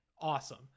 awesome